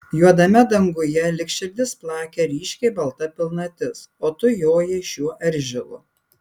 juodame danguje lyg širdis plakė ryškiai balta pilnatis o tu jojai šiuo eržilu